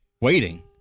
Waiting